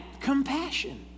compassion